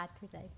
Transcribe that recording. today